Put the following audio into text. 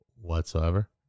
whatsoever